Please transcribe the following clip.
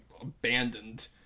abandoned